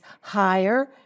higher